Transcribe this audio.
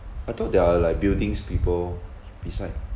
I thought they are like buildings people beside